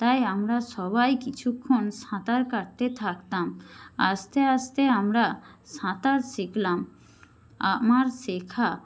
তাই আমরা সবাই কিছুক্ষণ সাঁতার কাটতে থাকতাম আস্তে আস্তে আমরা সাঁতার শিখলাম আমার শেখা